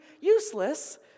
useless